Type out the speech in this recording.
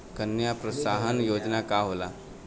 कन्या प्रोत्साहन योजना का होला?